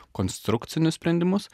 konstrukcinius sprendimus